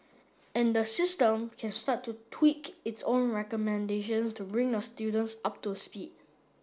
and the system can start to tweak its own recommendations to bring the students up to speed